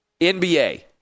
NBA